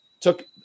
took